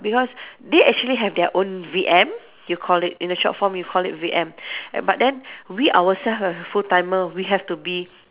because they actually have their own V_M you call it in the short form you call it V_M but then we ourselves as a full timer we have to be